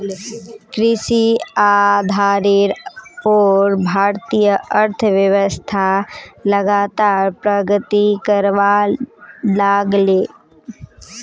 कृषि आधारेर पोर भारतीय अर्थ्वैव्स्था लगातार प्रगति करवा लागले